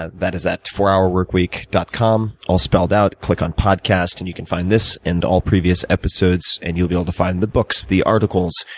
that is at fourhourworkweek dot com, all spelled out. click on podcast, and you can find this and all previous episodes, and you'll be able to find the books, the articles,